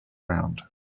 round